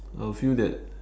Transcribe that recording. I would feel that